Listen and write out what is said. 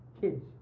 kids